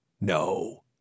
No